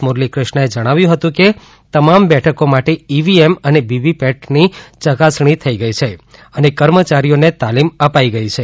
મુરલીક્રિષ્નાએ જણાવાયું હતું કે તમામ બેઠકો માટે ઈવીએમ અને વીવીપેટની ચકાસણી થઈ ગઈ છે અને કર્મચારીને તાલિમ અપાઈ ગઈ છે